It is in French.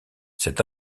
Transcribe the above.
cet